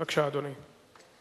בבקשה, אדוני.